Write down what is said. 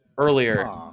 Earlier